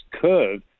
curve